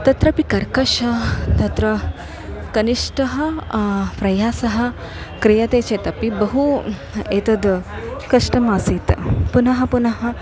तत्रापि कर्कश तत्र कनिष्ठः प्रयासः क्रियते चेदपि बहु एतत् कष्टम् आसीत् पुनः पुनः